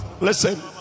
Listen